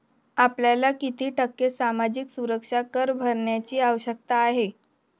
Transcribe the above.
आपल्याला किती टक्के सामाजिक सुरक्षा कर भरण्याची आवश्यकता आहे?